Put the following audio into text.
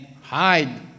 hide